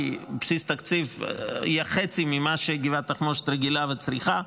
כי בסיס התקציב יהיה חצי ממה שגבעת התחמושת רגילה וצריכה.